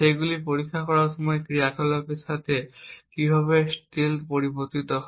সেগুলি পরীক্ষা করার সময় ক্রিয়াকলাপের সাথে কীভাবে স্টিলথ পরিবর্তিত হয়